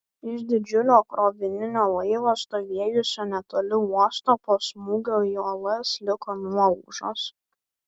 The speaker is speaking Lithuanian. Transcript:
iš didžiulio krovininio laivo stovėjusio netoli uosto po smūgio į uolas liko nuolaužos